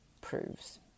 proves